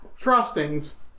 Frostings